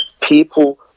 people